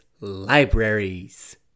libraries